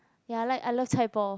ya I like I love chai-poh